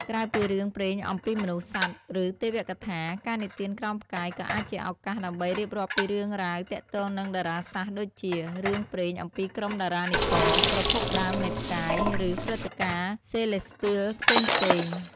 ក្រៅពីរឿងព្រេងអំពីមនុស្ស សត្វ ឬទេវកថា ការនិទានក្រោមផ្កាយក៏អាចជាឱកាសដើម្បីរៀបរាប់ពីរឿងរ៉ាវទាក់ទងនឹងតារាសាស្ត្រដូចជា រឿងព្រេងអំពីក្រុមតារានិករ ប្រភពដើមនៃផ្កាយ ឬព្រឹត្តិការណ៍សេឡេស្ទីលផ្សេងៗ ។